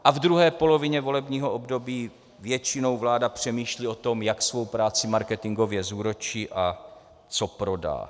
V druhé polovině volebního období většinou vláda přemýšlí o tom, jak svou práci marketingově zúročí a co prodá.